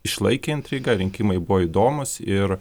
išlaikė intrigą rinkimai buvo įdomūs ir